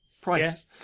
price